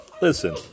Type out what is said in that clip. Listen